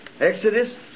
Exodus